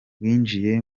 winjiye